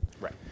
Right